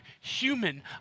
human